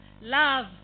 Love